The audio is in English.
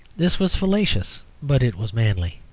this was fallacious, but it was manly,